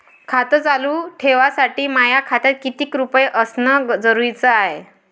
खातं चालू ठेवासाठी माया खात्यात कितीक रुपये असनं जरुरीच हाय?